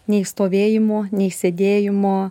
nei stovėjimo nei sėdėjimo